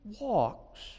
walks